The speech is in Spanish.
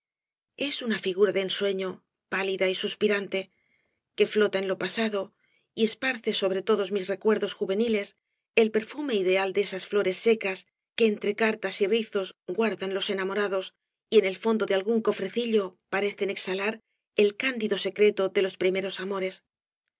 es una figura de ensueño pálida y suspirante que flota en lo pasado y esparce sobre todos mis recuerdos juveniles el perfusf obras de valle inclan me ideal de esas flores secas que entre cartas y rizos guardan los enamorados y en el fondo de algún cofrecillo parecen exhalar el candido secreto de los primeros amores